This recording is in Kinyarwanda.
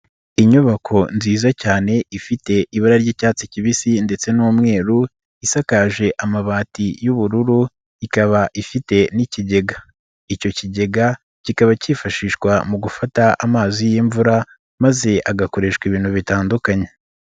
Inyubako nziza cyane ifite ibara ry'icyatsi kibisi ndetse n'umweru isakaje amabati y'ubururu ikaba ifite n'ikigega, icyo kigega kikaba cyifashishwa mu gufata amazi y'imvura maze agakoreshwa ibintu bitandukanye.